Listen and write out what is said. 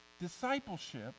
Discipleship